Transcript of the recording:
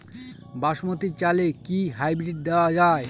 বাসমতী চালে কি হাইব্রিড দেওয়া য়ায়?